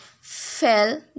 fell